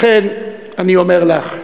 לכן אני אומר לך: